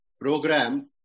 program